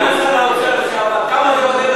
סגן שר האוצר לשעבר, כמה זה עולה